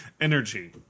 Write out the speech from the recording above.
energy